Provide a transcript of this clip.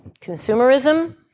consumerism